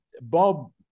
Bob